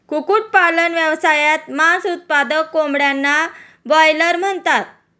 कुक्कुटपालन व्यवसायात, मांस उत्पादक कोंबड्यांना ब्रॉयलर म्हणतात